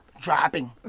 Dropping